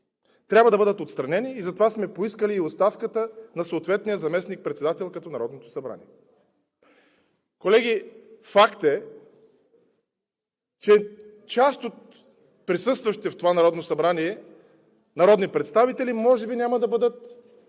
трябва да бъдат отстранени и затова сме поискали и оставката на съответния заместник-председател на Народното събрание. Колеги, факт е, че част от присъстващите в това Народно събрание народни представители може би няма да бъдат